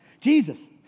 Jesus